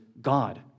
God